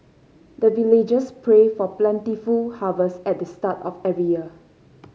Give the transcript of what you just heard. the villagers pray for plentiful harvest at the start of every year